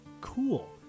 cool